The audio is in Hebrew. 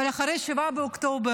אבל אחרי 7 באוקטובר